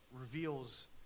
reveals